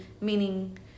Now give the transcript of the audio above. meaning